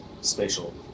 spatial